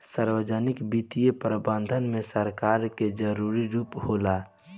सार्वजनिक वित्तीय प्रबंधन में सरकार के जरूरी रूप होला